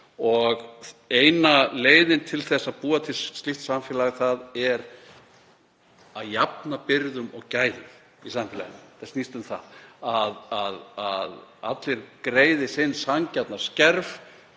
sig. Eina leiðin til að búa til slíkt samfélag er að jafna byrðum og gæðum í samfélaginu. Þetta snýst um að allir greiði sinn sanngjarna skerf